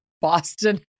Boston